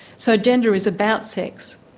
so gender is about sex.